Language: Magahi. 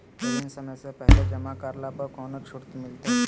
ऋण समय से पहले जमा करला पर कौनो छुट मिलतैय?